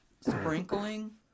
sprinkling